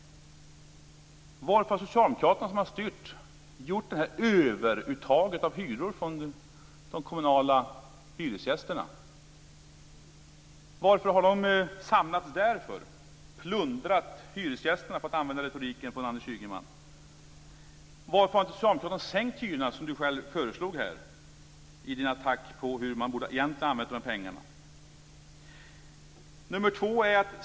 Varför har socialdemokraterna, som har styrt, gjort det här överuttaget av hyror från de kommunala hyresgästerna? Varför har de samlats där? Varför har man plundrat hyresgästerna, för att använda retoriken från Anders Ygeman? Varför har inte socialdemokraterna sänkt hyrorna, som Anders Ygeman föreslog här i sin attack på hur man egentligen borde ha använt de här pengarna?